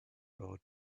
ought